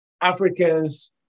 Africans